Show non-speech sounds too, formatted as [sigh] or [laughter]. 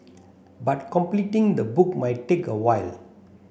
[noise] but completing the book might take a while